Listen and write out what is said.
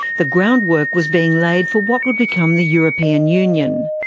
the groundwork was being laid for what would become the european union.